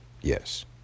yes